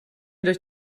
durch